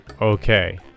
okay